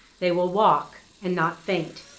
they will walk and not faint.